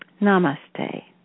Namaste